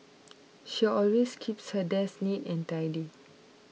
she always keeps her desk neat and tidy